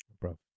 Bro